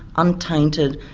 untainted